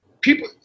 people